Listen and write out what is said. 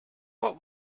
what